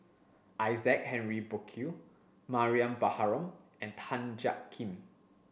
Isaac Henry Burkill Mariam Baharom and Tan Jiak Kim